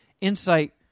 insight